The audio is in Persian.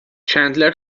چندلر